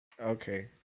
Okay